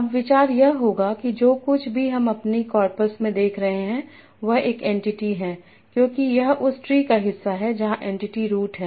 अब विचार यह होगा कि जो कुछ भी हम अपनी कॉरपस में देख रहे हैं वह एक एनटीटी है क्योंकि यह उस ट्री का हिस्सा है जहां एनटीटी रुट है